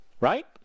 Right